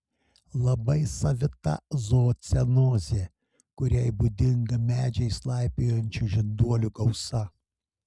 labai savita zoocenozė kuriai būdinga medžiais laipiojančių žinduolių gausa